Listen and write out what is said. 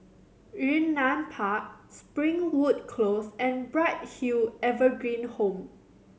Yunnan Park Springwood Close and Bright Hill Evergreen Home